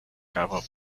cabo